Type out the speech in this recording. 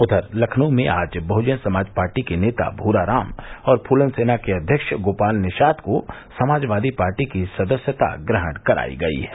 उधर लखनऊ में आज बहुजन समाज पार्टी के नेता भूरा राम और फूलन सेना के अध्यक्ष गोपाल निषाद को समाजवादी पार्टी की सदस्यता ग्रहण करायी गयी है